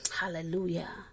Hallelujah